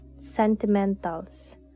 sentimentals